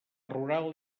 rural